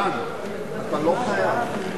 מתן, אתה לא חייב.